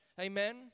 Amen